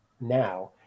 now